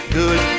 good